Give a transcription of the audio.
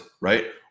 Right